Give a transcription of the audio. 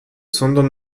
sondern